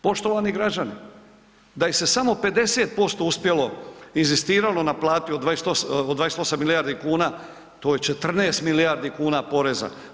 Poštovani građani, da ih se samo 50% uspjelo, inzistiralo, naplatilo od 28 milijardi kuna, to je 14 milijardi kuna poreza.